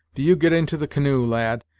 do you get into the canoe, lad,